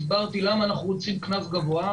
הסברתי למה אנחנו רוצים קנס גבוה.